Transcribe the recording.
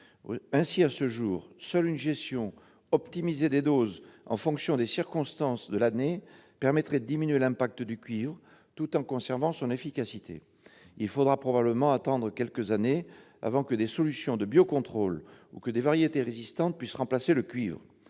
Ainsi, à ce jour, seule une gestion optimisée des doses en fonction des circonstances de l'année permettrait de diminuer l'impact du cuivre tout en lui conservant son efficacité. Il faudra probablement attendre quelques années avant que des solutions de biocontrôle ou que des variétés résistantes ne puissent remplacer le cuivre.